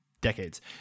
decades